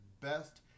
best